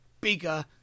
bigger